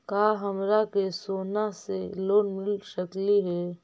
का हमरा के सोना से लोन मिल सकली हे?